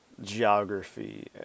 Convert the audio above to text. geography